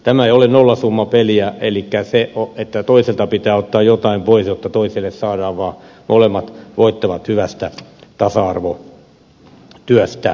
tämä ei ole nollasummapeliä elikkä ei niin että toiselta pitää ottaa jotain pois jotta toiselle saadaan vaan molemmat voittavat hyvässä tasa arvotyössä